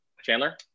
Chandler